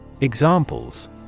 Examples